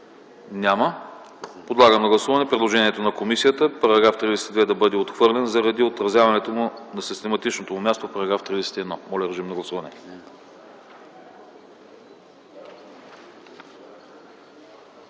Няма. Подлагам на гласуване предложението на комисията § 32 да бъде отхвърлен, заради отразяването му на систематичното му място в § 31. Моля, гласувайте!